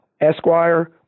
Esquire